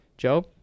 Joe